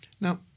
now